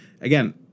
Again